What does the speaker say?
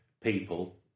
people